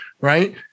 right